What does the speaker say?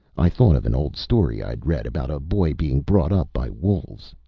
i thought of an old story i'd read about a boy being brought up by wolves.